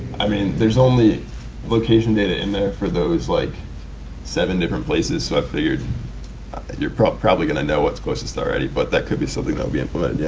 i mean there's only location data in there for those like seven different places so i figured you're probably probably gonna know what's closest already, but that could be something that will implement. yeah